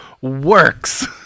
works